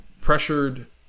pressured